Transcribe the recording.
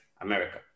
America